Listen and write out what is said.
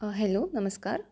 hello नमस्कार